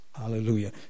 Hallelujah